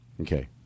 Okay